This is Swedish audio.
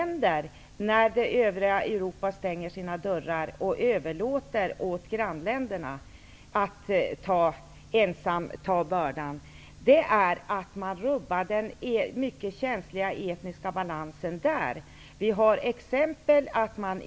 När övriga Europa stänger sina dörrar och överlåter åt grannländerna att ensamma ta bördan, rubbar man den mycket känsliga etniska balansen. Vi ser exempel på det nu.